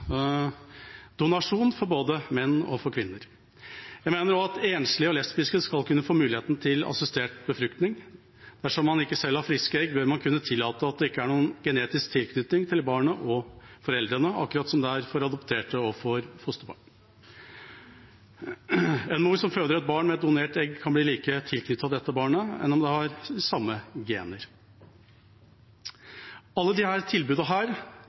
donasjon for både menn og kvinner. Jeg mener også at enslige og lesbiske skal få mulighet til assistert befruktning. Dersom man ikke selv har friske egg, bør man kunne tillate at det ikke er noen genetisk tilknytning mellom barna og foreldrene, akkurat som for adopterte og fosterbarn. En mor med donert egg som føder et barn, kan bli like tilknyttet dette barnet som hvis barnet hadde samme gener. Alle